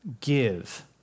give